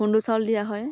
খুন্দু চাউল দিয়া হয়